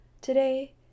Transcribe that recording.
today